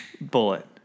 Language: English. bullet